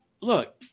Look